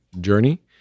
journey